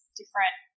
different